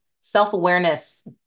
self-awareness